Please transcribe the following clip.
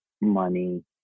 money